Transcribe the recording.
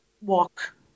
walk